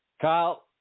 Kyle